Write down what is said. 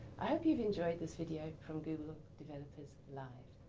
i hope you've enjoyed this video from google developers live.